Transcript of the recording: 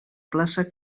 plaça